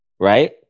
right